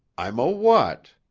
i'm a what?